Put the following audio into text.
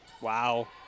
Wow